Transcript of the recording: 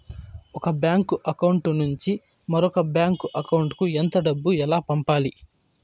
ఒక bank account నుంచి మరొక బ్యాంకు అకౌంట్ కు ఎంత డబ్బు ఎలా పంపాలి